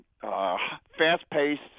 fast-paced